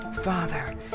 Father